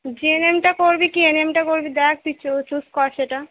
জি N M টা করবি কি এন এম টা করবি দেখ তুই চু চুস কর সেটা